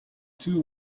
two